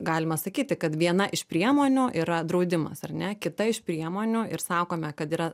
galima sakyti kad viena iš priemonių yra draudimas ar ne kita iš priemonių ir sakome kad yra